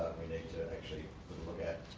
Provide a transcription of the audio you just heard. we need to actually look at.